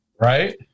Right